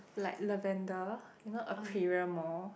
like Lavender you know Aperia mall